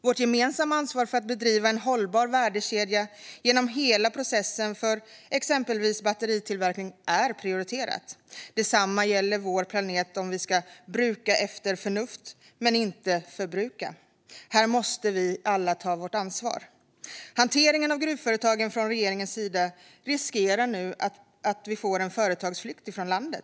Vårt gemensamma ansvar för att upprätthålla en hållbar värdekedja genom hela processen för exempelvis batteritillverkning är prioriterat. Detsamma gäller vår planet, som vi ska bruka efter förnuft men inte förbruka. Här måste vi alla ta vårt ansvar. Hanteringen av gruvföretagen från regeringens sida riskerar nu att leda till företagsflykt från Sverige.